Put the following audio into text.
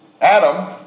Adam